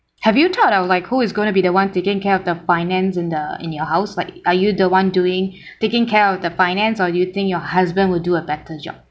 have you thought of like who is going to be the one taking care of the finance in the in your house like are you the one doing taking care of the finance or you think your husband will do a better job